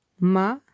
Ma